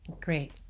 Great